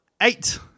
eight